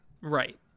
right